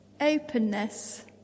Openness